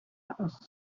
house